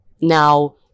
now